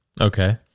Okay